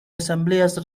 asambleas